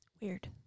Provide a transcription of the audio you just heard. Weird